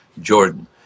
Jordan